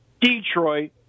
Detroit